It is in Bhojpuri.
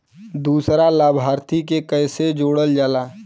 दूसरा लाभार्थी के कैसे जोड़ल जाला?